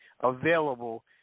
available